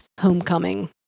homecoming